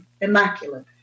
immaculate